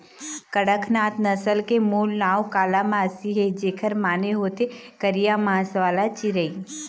कड़कनाथ नसल के मूल नांव कालामासी हे, जेखर माने होथे करिया मांस वाला चिरई